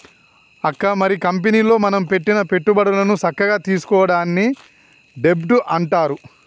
అక్క మరి కంపెనీలో మనం పెట్టిన పెట్టుబడులను సక్కగా తీసుకోవడాన్ని డెబ్ట్ అంటారు